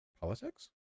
Politics